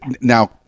Now